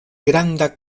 granda